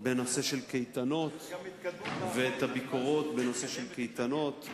בנושא הקייטנות ואת הביקורת בנושא הקייטנות,